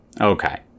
Okay